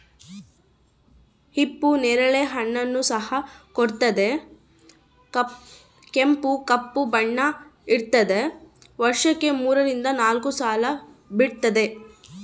ಹಿಪ್ಪು ನೇರಳೆ ಹಣ್ಣನ್ನು ಸಹ ಕೊಡುತ್ತದೆ ಕೆಂಪು ಕಪ್ಪು ಬಣ್ಣ ಇರ್ತಾದ ವರ್ಷಕ್ಕೆ ಮೂರರಿಂದ ನಾಲ್ಕು ಸಲ ಬಿಡ್ತಾದ